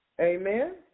Amen